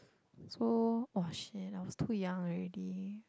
so oh shit I was too young already